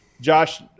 Josh